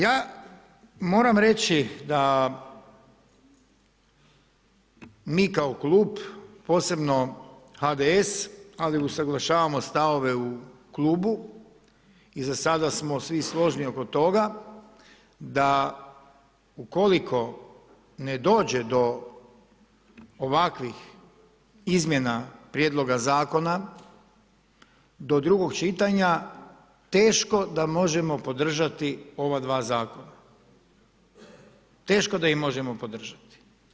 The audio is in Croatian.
Ja moram reći da mi kao klub, posebno HDS ali usuglašavamo stavove u klubu i za sada smo svi složni oko toga, da ukoliko ne dođe do ovakvih izmjena prijedloga zakona, do drugog čitanja, teško da možemo podržati ova dva zakona, teško da ih možemo podržati.